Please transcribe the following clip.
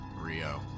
Rio